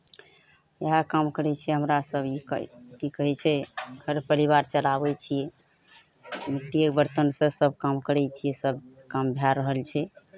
इएह काम करै छियै हमरा सभ ई की कहै छै घर परिवार चलाबै छियै मिट्टीएके बरतनसँ सभ काम करै छियै सभ काम भए रहल छै